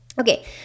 Okay